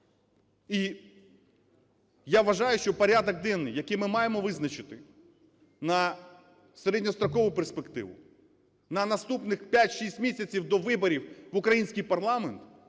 І я вважаю, що порядок денний, який ми маємо визначити на середньострокову перспективу, на наступні 5-6 місяців, до виборів в український парламент,